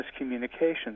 miscommunication